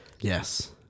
Yes